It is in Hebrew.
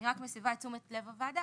אני רק מסבה את תשומת לב הוועדה,